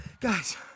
Guys